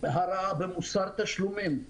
- הרעה במוסר תשלומים,